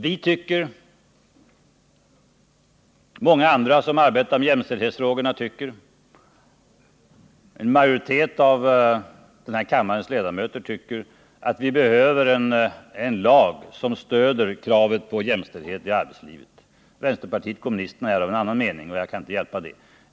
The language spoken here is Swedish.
Vi tycker, många andra som arbetar med jämställdhetsfrågorna tycker och partier med en majoritet i den här kammaren tycker att vi behöver en effektiv lag som stöder kravet på jämställdhet i arbetslivet. Vänsterpartiet kommunisterna är av en annan mening, och jag kan inte hjälpa det.